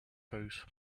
house